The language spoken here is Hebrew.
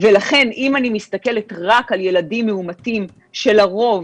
ולכן אם אני מסתכלת רק על ילדים מאומתים שלרוב